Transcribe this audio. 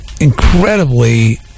incredibly